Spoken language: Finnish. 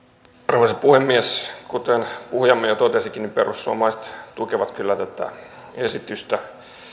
arvoisa puhemies kuten puhujamme jo totesikin perussuomalaiset tukevat kyllä tätä esitystä